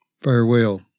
Farewell